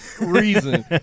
reason